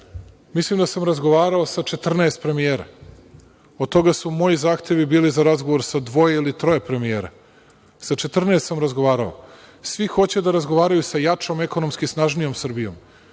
mislim da sam razgovarao sa 14 premijera, od toga su moji zahtevi bili za razgovor za dvoje ili troje premijera. Sa 14 sam razgovarao, svi hoće da razgovaraju sa jačom ekonomski snažnijom Srbijom.